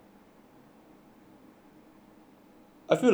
I feel like if you laugh you confirm overlap dude